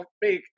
big